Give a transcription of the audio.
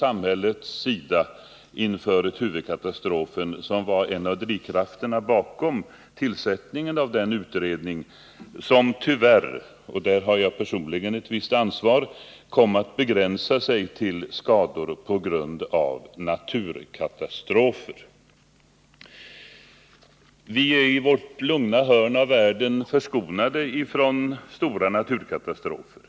Samhällets brist på beredskap vid Tuvekatastrofen var en av drivkrafterna bakom tillsättningen av den utredning som tyvärr — och där har jag personligen ett visst ansvar — kom att begränsa sig till skador på grund av naturkatastrofer. I vårt lugna hörn av världen är vi förskonade från stora naturkatastrofer.